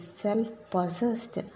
self-possessed